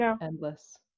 endless